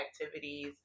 activities